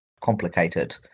Complicated